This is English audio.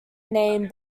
name